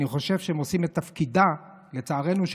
אני חושב שהם עושים את תפקידה של הממשלה,